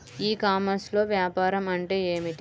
ఈ కామర్స్లో వ్యాపారం అంటే ఏమిటి?